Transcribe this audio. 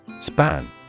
Span